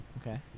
Okay